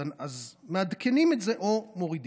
אז מעדכנים את זה או מורידים.